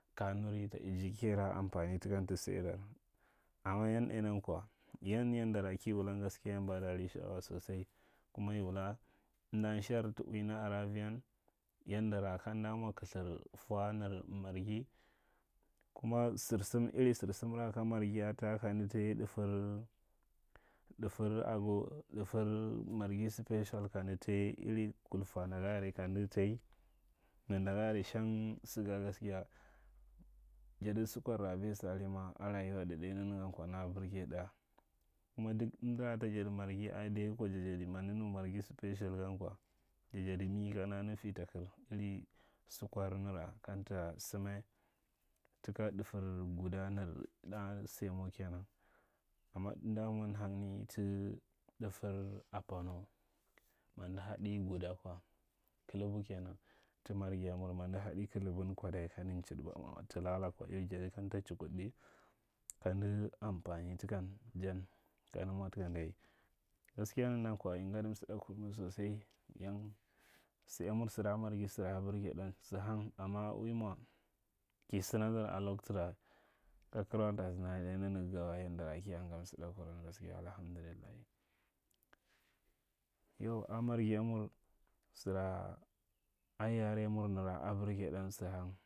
Kanuri ta aji kasara ampani takan ta sayadar. Amma yan ɗainyan kwa, yan yandara ki wula gaskiya bada ri sha’awa sosai. Kuma a wula amda shar tu uina are ariyan, yandara kamda mwa kithir fwa nir marghi kuma sarsara iri sarsamra ka marghi a ta, kanda tai dafar, ɗafar ago dafar marghi special kanda tai iri kulfa nda ga are kamda tai, nanda ga are shang saga gaskiya, jada sukwara mi sari ma a rayuwa ɗa, ɗai nanagan kwa nara a birze ɗa. Kuma duk amdara ta jadi marghi a adai ga kwa ja jadi mamda nu marghi special gan kwa. Ja jadi mi kamda nufi ta kir. Iri sakwarni ra kamta sama taka ɗafir gudanilsemo ke nan. Amma amda mwa hangni ta da tar apamo. Mada laɗi guda kwa, kaiabu kanan, haka marghi yamur mando hada kaisbun kwa ka mwa talala kwa de jadi kamta chukudi kamda amfani takani jan ɗar mwa taka ge. Gaskiya nagan kwa in dadi insiɗa kumi sosai, don sayamur, salaka marghi nara a birge ɗan sa hang amma a ui mwa ka san alada a lokura ka karawai daza ɗai nanagan wa, yanda kiya nga misɗakuvan a marghi ija mur sara a yariyamur sara a birge ɗan sa hang.